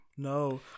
No